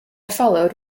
followed